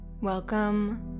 Welcome